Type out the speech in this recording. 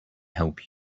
help